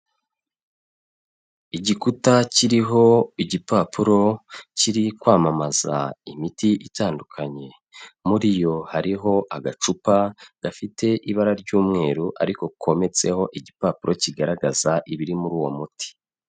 Igikuta kiriho igipapuro kiri kwamamaza imiti itandukanye, muri iyo hariho agacupa gafite ibara ry'umweru ariko kometseho igipapuro kigaragaza ibiri muri uwo muti.